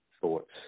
thoughts